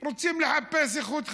רוצים לחפש איכות חיים.